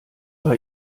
bei